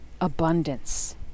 abundance